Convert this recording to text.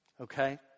okay